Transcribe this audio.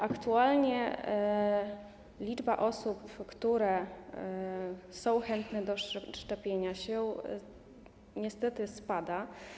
Aktualnie liczba osób, które są chętne do szczepienia się, niestety spada.